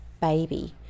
baby